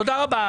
תודה רבה.